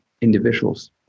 individuals